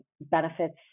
benefits